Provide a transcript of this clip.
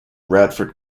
radford